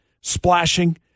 splashing